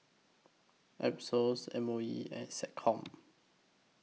M O E and Seccom